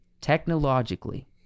technologically